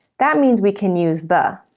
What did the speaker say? that means we can use the.